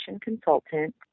Consultant